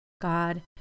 God